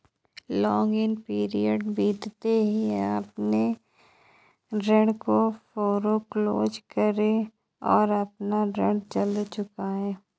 lock in period बीतते ही अपने ऋण को फोरेक्लोज करे और अपना ऋण जल्द चुकाए